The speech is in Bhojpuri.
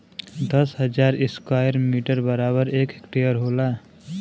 दस हजार स्क्वायर मीटर बराबर एक हेक्टेयर होला